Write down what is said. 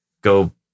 go